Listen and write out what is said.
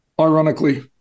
ironically